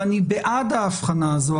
ואני בעד ההבחנה הזו,